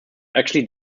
actually